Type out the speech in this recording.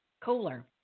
Kohler